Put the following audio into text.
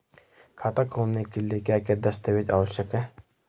खाता खोलने के लिए क्या क्या दस्तावेज़ आवश्यक हैं?